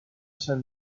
sant